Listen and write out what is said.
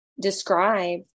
describe